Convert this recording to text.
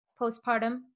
postpartum